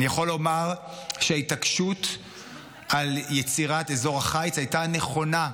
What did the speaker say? אני יכול לומר שההתעקשות על יצירת אזור החיץ הייתה נכונה,